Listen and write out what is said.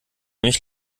mich